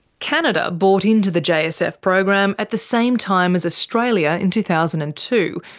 canada bought into the jsf program at the same time as australia in two thousand and two,